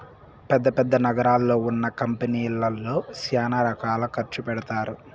పెద్ద పెద్ద నగరాల్లో ఉన్న కంపెనీల్లో శ్యానా ఖర్చు పెడతారు